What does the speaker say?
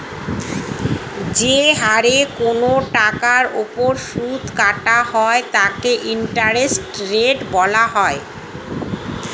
যে হারে কোন টাকার উপর সুদ কাটা হয় তাকে ইন্টারেস্ট রেট বলা হয়